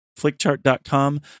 flickchart.com